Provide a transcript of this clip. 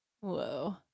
Whoa